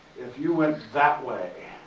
if you went that way,